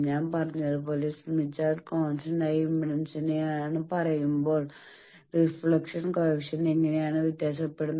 ഞാൻ പറഞ്ഞതുപോലെ Smith chart കോൺസ്റ്റന്റായ ഇംപെൻഡൻസിനാണെന്ന് പറയുമ്പോൾ റിഫ്ലക്ഷൻ കോഎഫിഷ്യന്റ് എങ്ങനെയാണ് വ്യത്യാസപ്പെടുന്നത്